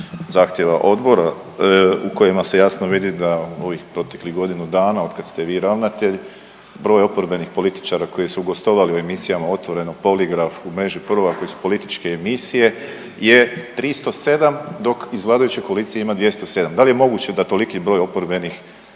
zahtjeva odbora u kojima se jasno vidi da u ovih proteklih godinu dana od kad ste vi ravnatelj broj oporbenih političara koji su gostovali u emisijama Otvoreno, Poligraf, U mreži prvog, a koje su političke je 307 dok iz vladajuće koalicije ima 207. Da li je moguće da toliki broj oporbenih